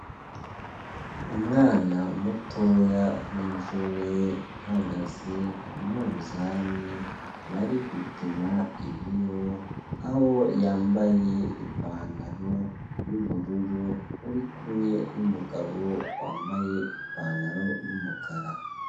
Umwana mutoya w'inzobe uhagaze ku munzani bari gupima ibiro, aho yambaye ipantaro y'ubururu, uri kumwe n'umugabo wambaye ipantaro y'umukara.